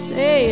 Say